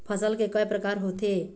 फसल के कय प्रकार होथे?